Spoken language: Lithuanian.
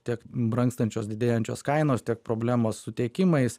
tiek brangstančios didėjančios kainos tiek problemos su tiekimais